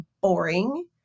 boring